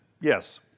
yes